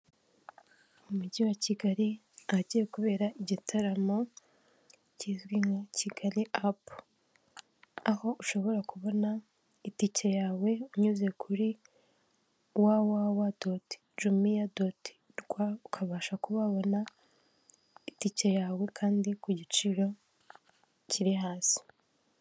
Umujyi wa Kigali ahagiye kubera igitaramo kizwi nka Kigali apu, aho ushobora kubona itike yawe unyuze kuri wawawa doti jumia doti rwa ukabasha kubabona itike yawe kandi ku giciro kiri hasi.